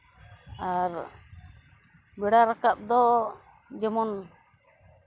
ᱟᱨ ᱵᱮᱲᱟ ᱨᱟᱠᱟᱵ ᱫᱚ ᱡᱮᱢᱚᱱ